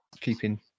keeping